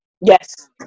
Yes